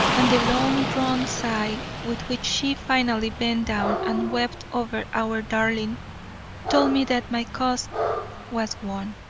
and the long-drawn sigh with which she finally bent down and wept over our darling told me that my cause was won.